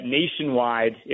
nationwide